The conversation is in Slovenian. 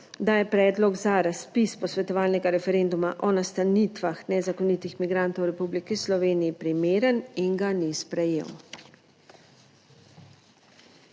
da je predlog za razpis posvetovalnega referenduma o nastanitvah nezakonitih migrantov v Republiki Sloveniji primeren in ga ni sprejel.